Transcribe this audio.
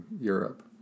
Europe